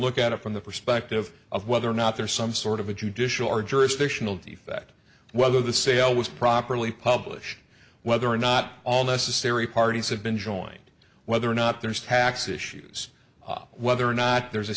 look at it from the perspective of whether or not there is some sort of a judicial or jurisdictional defect whether the sale was properly publish whether or not all necessary parties have been joined whether or not there's tax issues whether or not there's a